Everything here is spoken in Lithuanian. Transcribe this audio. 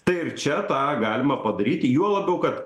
tai ir čia tą galima padaryti juo labiau kad